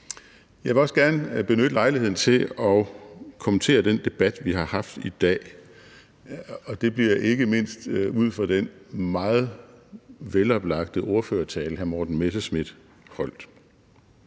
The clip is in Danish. Jeg vil også gerne benytte lejligheden til at kommentere den debat, vi har haft i dag, og det bliver ikke mindst ud fra den meget veloplagte ordførertale, hr. Morten Messerschmidt holdt.